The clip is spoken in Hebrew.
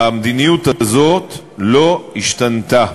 המדיניות הזאת לא השתנתה.